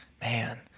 man